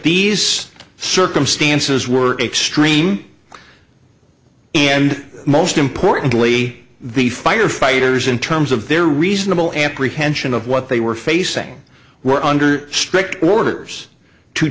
these circumstances were extreme and most importantly the firefighters in terms of their reasonable apprehension of what they were facing were under strict orders to